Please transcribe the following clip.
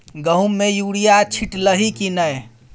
गहुम मे युरिया छीटलही की नै?